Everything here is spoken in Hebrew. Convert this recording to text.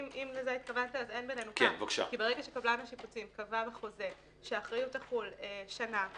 כי ברגע שקבלן השיפוצים קבע בחוזה שהאחריות תחול שנה,